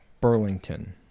Burlington